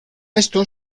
esto